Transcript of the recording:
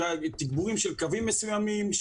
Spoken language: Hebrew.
תגבורים של קווים מסוימים,